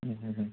उम उम